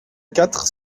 quatre